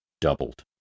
doubled